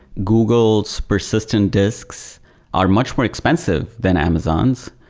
google's persistent disks are much more expensive than amazon's.